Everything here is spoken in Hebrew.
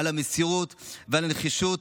על המסירות ועל הנחישות.